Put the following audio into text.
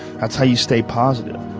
that's how you stay positive